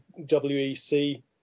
WEC